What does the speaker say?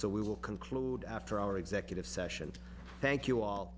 so we will conclude after our executive session thank you